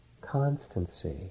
constancy